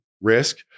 risk